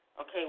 Okay